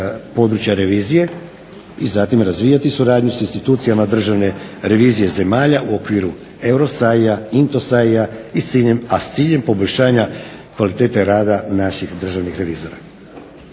i zatim razvijati suradnju s institucijama državne revizije zemalja u okviru EURO SAIL-a, INTO SAIL-a, a s ciljem poboljšanja kvalitete rada naših državnih revizora.